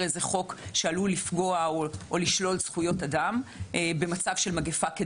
ועלול לפגוע או לשלול זכויות אדם במצב של מגפה.